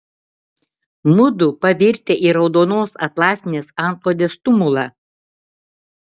mudu pavirtę į raudonos atlasinės antklodės tumulą